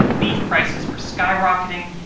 beef prices were skyrocketing,